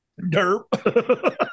Derp